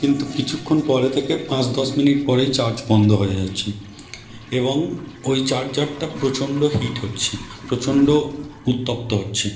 কিন্তু কিছুক্ষণ পরে থেকে পাঁচ দশ মিনিট পরেই চার্জ বন্ধ হয়ে যাচ্ছে এবং ঐ চার্জারটা প্রচণ্ড হিট হচ্ছে প্রচণ্ড উত্তপ্ত হচ্ছে